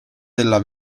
della